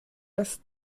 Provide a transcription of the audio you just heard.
das